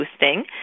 boosting